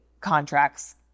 contracts